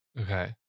Okay